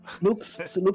looks